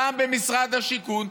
פעם במשרד השיכון,